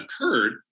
occurred